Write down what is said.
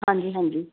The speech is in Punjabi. ਹਾਂਜੀ ਹਾਂਜੀ